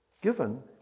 given